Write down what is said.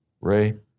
Ray